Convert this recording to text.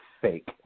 fake